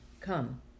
Come